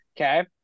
okay